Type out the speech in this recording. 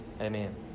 Amen